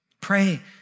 Pray